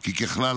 כי ככלל,